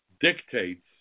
dictates